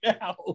now